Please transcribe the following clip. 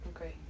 Okay